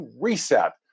reset